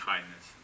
Kindness